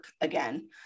again